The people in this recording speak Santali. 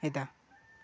ᱮᱫᱟ